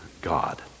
God